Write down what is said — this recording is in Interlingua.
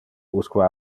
usque